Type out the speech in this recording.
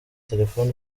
telefoni